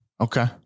Okay